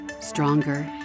stronger